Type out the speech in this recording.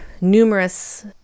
numerous